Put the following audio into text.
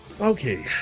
Okay